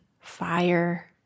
fire